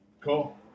Cool